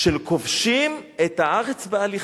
של כובשים את הארץ בהליכה.